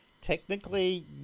Technically